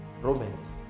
Romance